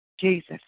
Jesus